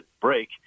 break